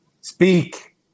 Speak